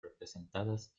representadas